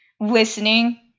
listening